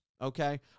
Okay